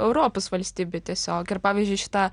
europos valstybių tiesiog ir pavyzdžiui šita